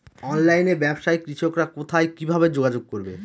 অনলাইনে ব্যবসায় কৃষকরা কোথায় কিভাবে যোগাযোগ করবে?